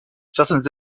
certains